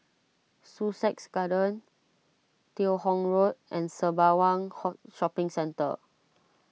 Sussex Garden Teo Hong Road and Sembawang Hok Shopping Centre